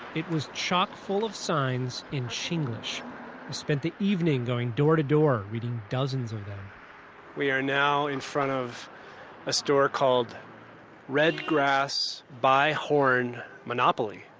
it was chock-full of signs in chinglish. i spent the evening going door-to-door, reading dozens of them we're now in front of a store called red grass buy horn monopoly.